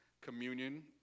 communion